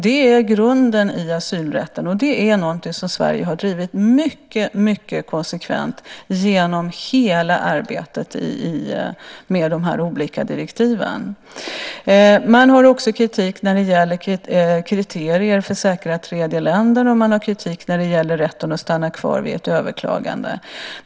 Det är grunden i asylrätten, och det är något som Sverige har drivit mycket konsekvent genom hela arbetet med de olika direktiven. Man har också kritik när det gäller kriterier för säkra tredjeländer och när det gäller rätten att stanna kvar vid ett överklagande.